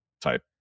type